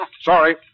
Sorry